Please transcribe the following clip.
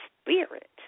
spirit